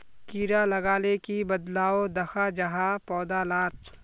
कीड़ा लगाले की बदलाव दखा जहा पौधा लात?